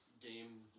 game